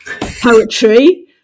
poetry